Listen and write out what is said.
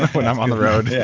when i'm on the road. yeah